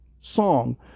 song